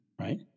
right